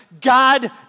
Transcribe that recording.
God